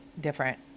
different